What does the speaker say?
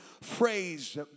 phrase